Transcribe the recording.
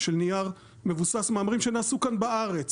של נייר מבוסס מאמרים שנעשו כאן בארץ,